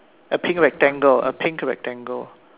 a pink rectangle a pink rectangle